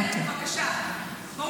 כן, בבקשה, בואו נשמע.